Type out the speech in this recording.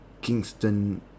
Kingston